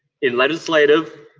in legislative,